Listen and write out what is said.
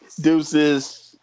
Deuces